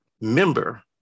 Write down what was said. member